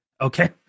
okay